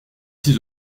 six